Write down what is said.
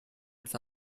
its